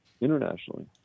internationally